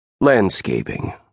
Landscaping